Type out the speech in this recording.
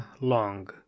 Long